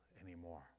anymore